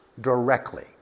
directly